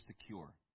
secure